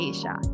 Asia